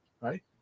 right